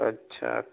اچھا